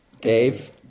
Dave